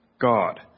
God